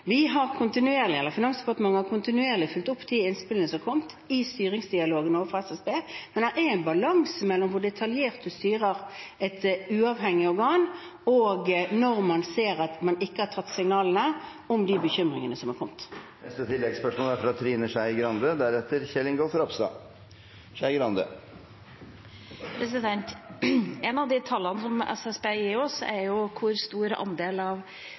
Finansdepartementet har kontinuerlig fulgt opp de innspillene som har kommet i styringsdialogen med SSB, men det er en balanse mellom hvor detaljert man styrer et uavhengig organ, og når man ser at man ikke har tatt signalene om de bekymringene som har kommet. Trine Skei Grande – til oppfølgingsspørsmål. Et av de tallene som SSB gir oss, er jo hvor stor andel av